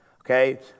okay